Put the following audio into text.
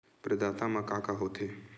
प्रदाता मा का का हो थे?